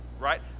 right